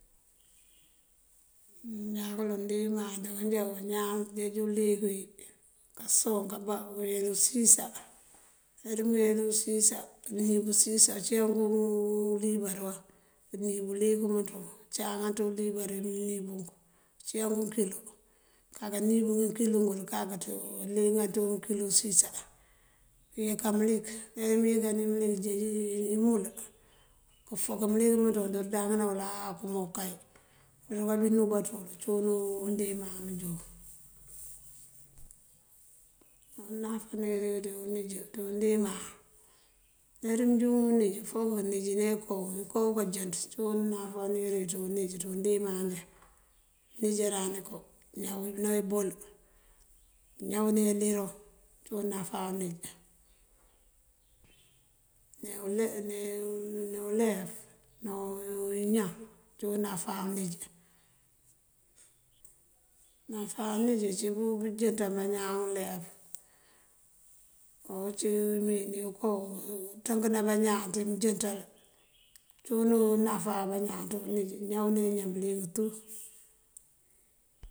Undiman ajoon já bañaan jeej uliyëk uwí kasoŋ kábá, këwuweli usísá. Uler uwí mëëwel uwí usísá, mëëníibu usísá cíwunk ulíbar waŋ këëníib uliyëk umëënţúwu, cángan ţí ulíbar uwí mëëníibunkun. Uncíyank unkilo këëkáka níib ngëëkilo ngun kak ţí, língan ţí ngëënkilo usísá. Këëyëkan mëlik, uler uwí mëëyëkan uwí mëlik, këëjeej imul, fok mëlik mëënţëmun kúndaŋëná mëláa okëëmoo kay. Këëruka bí núubaţul, cíwun undiman unjoon. Koo unáfánir uwí ţí uníj ţí undiman. Uler uwí mëënjúŋ wí uníj fok këëníjëne inko, inko kánjënţ cíwun unáfánir uwí ţí undiman njá. Káníjáran inko, këëñawëná ibol, këëñawëná iliroŋ cíwun náfá uníj, ne ulef ná iñan cíwun náfá uníj. Náfá uníj cíwun pëënjënţan bañaan ulef. Ocí uwí mëëwín okoo ţëënkëna bañaan tí bëënjënţal, cíwun náfá bañaan ţí uníj. Ñawëná iñan bëliyëng tú